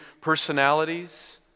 personalities